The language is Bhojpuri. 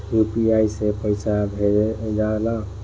यू.पी.आई से पईसा भेजल जाला का?